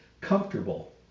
comfortable